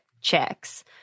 checks